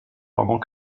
pendant